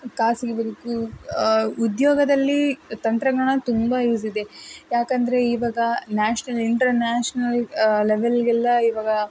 ಖಾಸಗಿ ಬದುಕು ಉದ್ಯೋಗದಲ್ಲಿ ತಂತ್ರಜ್ಞಾನ ತುಂಬ ಯೂಸ್ ಇದೆ ಯಾಕಂದರೆ ಇವಾಗ ನ್ಯಾಷ್ನಲ್ ಇಂಟರ್ನ್ಯಾಷ್ನಲ್ ಲೆವೆಲ್ಲಿಗೆಲ್ಲ ಇವಾಗ